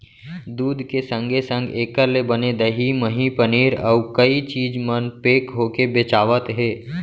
दूद के संगे संग एकर ले बने दही, मही, पनीर, अउ कई चीज मन पेक होके बेचावत हें